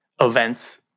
events